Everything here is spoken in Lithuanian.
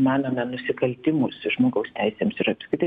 manome nusikaltimus žmogaus teisėms ir apskritai